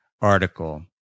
article